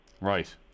Right